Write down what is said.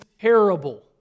terrible